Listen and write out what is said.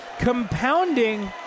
Compounding